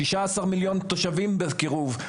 שישה עשר מיליון תושבים בקירוב.